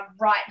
right